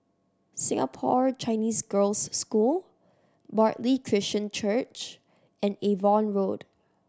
Singapore Chinese Girls' School Bartley Christian Church and Avon Road